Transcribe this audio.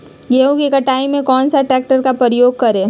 गेंहू की कटाई में कौन सा ट्रैक्टर का प्रयोग करें?